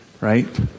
right